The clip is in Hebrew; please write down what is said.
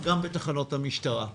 גם בתחנות המשטרה.